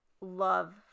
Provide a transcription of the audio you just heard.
love